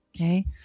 okay